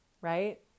right